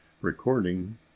Recording